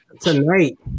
tonight